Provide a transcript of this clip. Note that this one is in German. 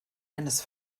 eines